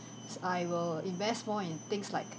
s~ I will invest more in things like